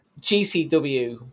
GCW